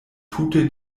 tute